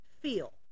feel